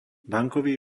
bankový